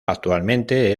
actualmente